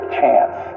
chance